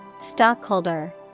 Stockholder